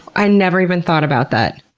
i never even thought about that!